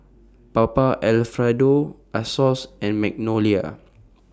Papa Alfredo Asos and Magnolia